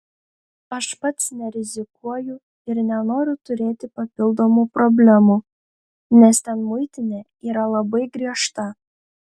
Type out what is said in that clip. aš pats nerizikuoju ir nenoriu turėti papildomų problemų nes ten muitinė yra labai griežta